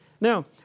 Now